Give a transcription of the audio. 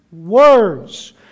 words